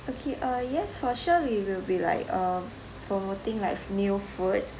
okay uh yes that's for sure we will be like uh promoting like new food